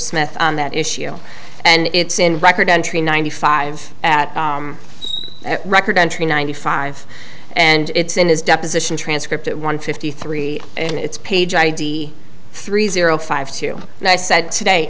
smith on that issue and it's in record entry ninety five at record entry ninety five and it's in his deposition transcript at one fifty three and it's page id three zero five two and i said today